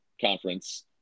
Conference –